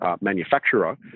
manufacturer